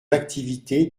l’activité